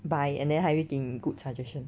buy and then 还会给你 good suggestion